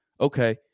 Okay